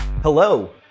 Hello